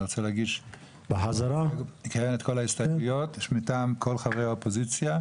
אני רוצה להגיש את כל ההסתייגויות מטעם כל חברי האופוזיציה.